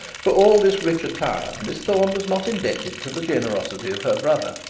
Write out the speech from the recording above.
for all this rich attire miss thorne was not indebted to the generosity of her brother.